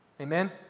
Amen